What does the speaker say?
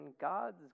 God's